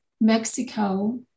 Mexico